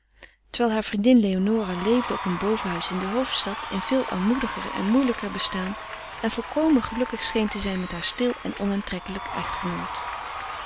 terwijl haar vriendin leonora leefde op een bovenhuis in de hoofdstad in veel armoediger en moeielijker bestaan en volkomen gelukkig scheen te zijn met haar stil en onaantrekkelijk echtgenoot